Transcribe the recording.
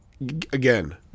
again